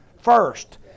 First